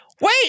Wait